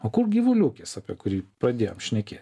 o kur gyvulių ūkis apie kurį pradėjom šnekėt